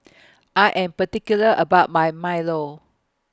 I Am particular about My Milo